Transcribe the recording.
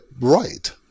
right